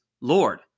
Lord